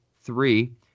three